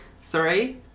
Three